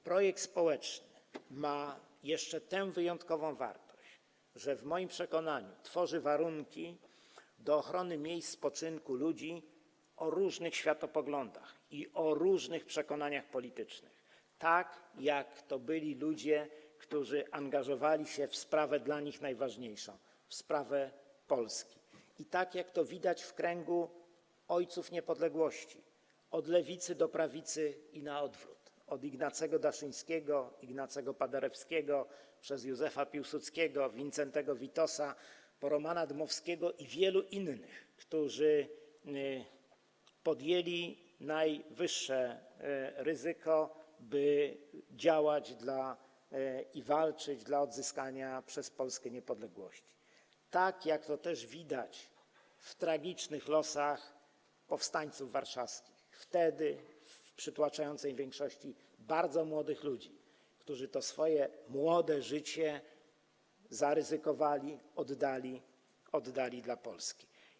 Projekt społeczny ma jeszcze tę wyjątkową wartość, że w moim przekonaniu tworzy warunki do ochrony miejsc spoczynku ludzi o różnych światopoglądach i o różnych przekonaniach politycznych, tak jak różni byli ludzie, którzy angażowali się w sprawę dla nich najważniejszą, w sprawę Polski, i tak jak to widać w kręgu ojców niepodległości, od lewicy do prawicy i na odwrót, od Ignacego Daszyńskiego, Ignacego Paderewskiego przez Józefa Piłsudskiego, Wincentego Witosa po Romana Dmowskiego i wielu innych, którzy podjęli najwyższe ryzyko, by działać i walczyć dla odzyskania przez Polskę niepodległości, tak jak to też widać w tragicznych losach powstańców warszawskich, wtedy w przytłaczającej większości bardzo młodych ludzi, którzy to swoje młode życie zaryzykowali, oddali - oddali dla Polski.